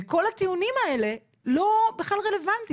וכל הטיעונים האלה הם לא בכלל רלוונטיים